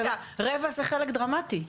רגע רבע זה חלק דרמטי.